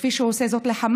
כפי שהוא עושה לחמאס,